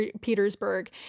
Petersburg